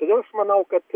todėl aš manau kad